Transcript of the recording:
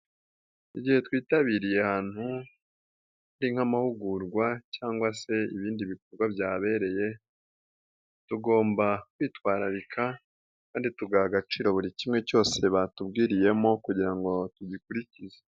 Igihe twitabiriye ahantu hari nk'amahugurwa cyangwa se ibindi bikorwa byahabereye tugomba kwitwararika kandi tugaha agaciro buri kimwe cyose batubwiriyemo kugira ngo tugikurikize.